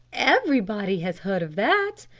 everybody has heard of that.